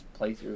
playthrough